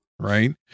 right